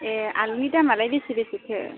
ए आलुनि दामालाय बेसे बेसेथो